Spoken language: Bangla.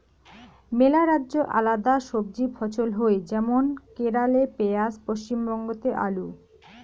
মেলা রাজ্যে আলাদা সবজি ফছল হই যেমন কেরালে পেঁয়াজ, পশ্চিমবঙ্গতে আলু